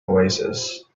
oasis